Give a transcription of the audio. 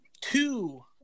two